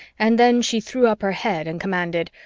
and then she threw up her head and commanded,